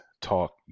talk